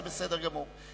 זה בסדר גמור.